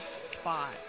spot